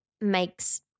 makes